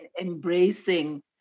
embracing